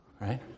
right